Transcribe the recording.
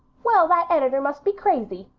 well, that editor must be crazy.